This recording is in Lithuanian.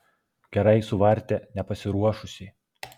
gerai suvartė nepasiruošusį